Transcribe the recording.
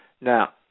Now